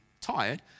tired